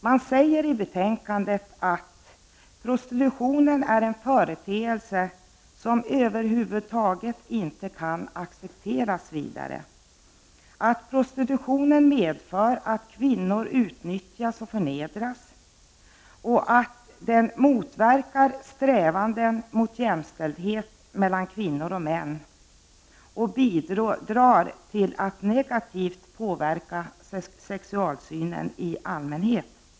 Men säger i årets betänkande att prostitutionen är en företeelse som över huvud taget inte kan accepteras vidare, att prostitutionen medför att kvinnor utnyttjas och förnedras, att den motverkar strävanden mot jämställdhet mellan kvinnor och män och bidrar till att negativt påverka sexualsynen i allmänhet.